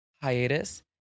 hiatus